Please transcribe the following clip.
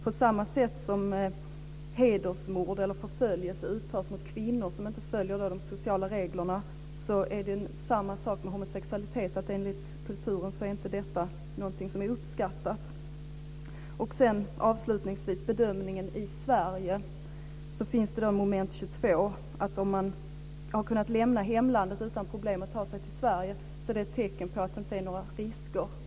På samma sätt som hedersmord eller förföljelse utförs mot kvinnor som inte följer de sociala reglerna, är inte homosexualitet någonting som är uppskattat enligt kulturen. Avslutningsvis vill jag nämna bedömningen i Sverige, där det finns ett moment 22. Om man har kunnat lämna hemlandet utan problem och tar sig till Sverige är det ett tecken på att det inte är några risker.